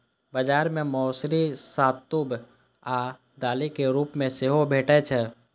बाजार मे मौसरी साबूत आ दालिक रूप मे सेहो भैटे छै